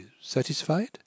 satisfied